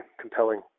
compelling